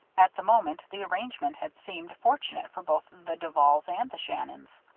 at the moment, the arrangement had seemed fortunate for both the duvals and the shannons.